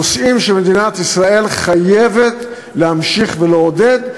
נושאים שמדינת ישראל חייבת להמשיך לעודד,